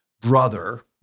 brother